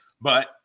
but-